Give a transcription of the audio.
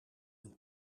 een